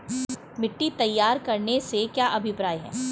मिट्टी तैयार करने से क्या अभिप्राय है?